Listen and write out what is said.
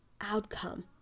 outcome